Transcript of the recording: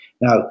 Now